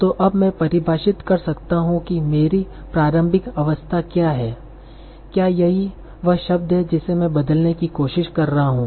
तो अब मैं परिभाषित कर सकता हूं कि मेरी प्रारंभिक अवस्था क्या है क्या यही वह शब्द है जिसे मैं बदलने की कोशिश कर रहा हूं